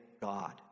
God